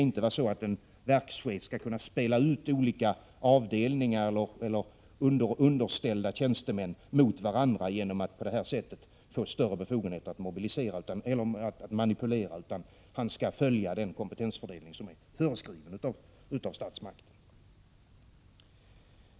En verkschef skall inte kunna spela ut olika avdelningar eller underställda tjänstemän mot varandra genom att utnyttja sina stora befogenheter att manipulera, utan han skall följa den kompetensfördelning som är föreskriven av statsmakterna.